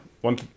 one